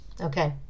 Okay